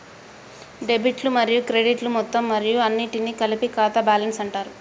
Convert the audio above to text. డెబిట్లు మరియు క్రెడిట్లు మొత్తం మరియు అన్నింటినీ కలిపి ఖాతా బ్యాలెన్స్ అంటారు